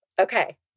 Okay